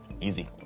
Easy